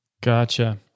Gotcha